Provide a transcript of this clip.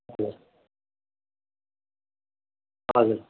हजुर हजुर